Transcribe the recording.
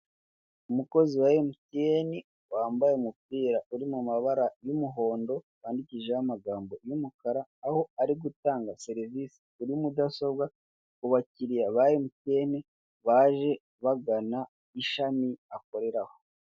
Umukozi wa emutiyeni, wambaye umupira uri mu mabara y'umuhondo, wandikishijeho amagambo y'umukara aho ari gutanga serivisi kuri mudasobwa, ku bakiriya ba emutiyeni baje bagana ishami akoreraho.